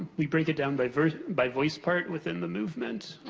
we break it down by voice by voice part within the movement,